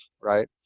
right